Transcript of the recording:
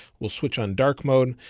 we'll switch on dark mode.